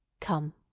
Come